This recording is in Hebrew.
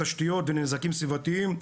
תשתיות ונזקים סביבתיים.